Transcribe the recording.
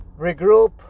regroup